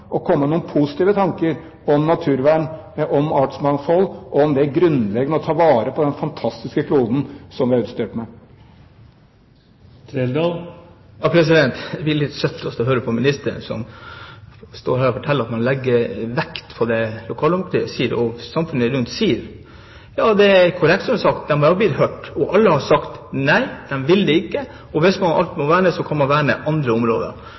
komme med noen positive tanker om naturvern, om artsmangfold og om det grunnleggende i å ta vare på den fantastiske kloden som vi er utstyrt med. Det blir litt søtt å stå og høre på ministeren som står her og forteller at man legger vekt på det lokaldemokratiet og samfunnet rundt sier. Det er korrekt, det som er blitt sagt; de er blitt hørt, og alle har sagt nei, de vil det ikke, og hvis noe må vernes, så kan man verne andre områder.